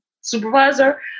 supervisor